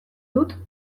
dut